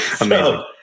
Amazing